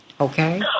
Okay